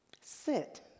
sit